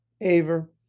Aver